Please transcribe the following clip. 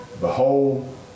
Behold